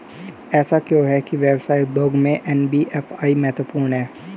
ऐसा क्यों है कि व्यवसाय उद्योग में एन.बी.एफ.आई महत्वपूर्ण है?